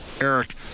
Eric